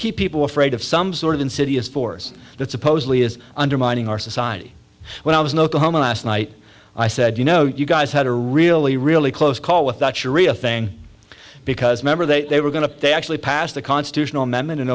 keep people afraid of some sort of insidious force that supposedly is undermining our society when i was in oklahoma last night i said you know you guys had a really really close call with that shari'ah thing because member they they were going to they actually passed a constitutional amendment in